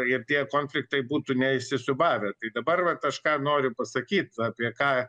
ir tie konfliktai būtų neįsisiūbavę tai dabar vat aš ką noriu pasakyt apie ką